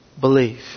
Believe